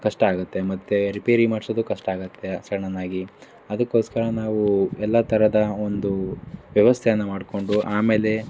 ಕಷ್ಟ ಆಗುತ್ತೆ ಮತ್ತು ರಿಪೇರಿ ಮಾಡಿಸೋದು ಕಷ್ಟ ಆಗುತ್ತೆ ಸಡನ್ ಆಗಿ ಅದಕ್ಕೋಸ್ಕರ ನಾವು ಎಲ್ಲ ಥರದ ಒಂದು ವ್ಯವಸ್ಥೆಯನ್ನು ಮಾಡಿಕೊಂಡು ಆಮೇಲೆ